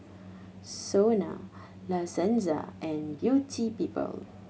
SONA La Senza and Beauty People